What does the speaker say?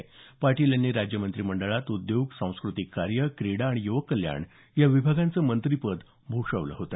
विनायक पाटील यांनी राज्य मंत्रिमंडळात उद्योग सांस्क्रतिक कार्य क्रीडा आणि युवक कल्याण या विभागांच मंत्रिपद भूषवल होत